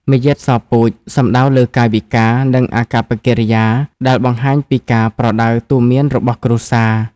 «មារយាទសពូជ» សំដៅលើកាយវិការ និងអាកប្បកិរិយា ដែលបង្ហាញពីការប្រដៅទូន្មានរបស់គ្រួសារ។